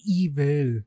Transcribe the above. evil